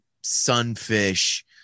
sunfish